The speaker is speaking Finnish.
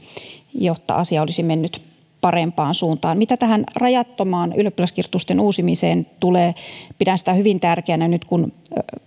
jotta asia olisi mennyt parempaan suuntaan mitä tähän rajoittamattomaan ylioppilaskirjoitusten uusimiseen tulee pidän sitä hyvin tärkeänä nyt kun